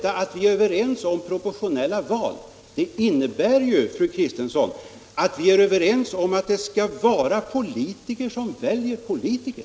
Att vi är överens om proportionella val innebär ju, fru Kristensson, att vi är överens om att det skall vara politiker som väljer politiker.